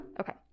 Okay